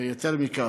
ויותר מכך,